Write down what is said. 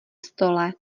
stole